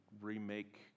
remake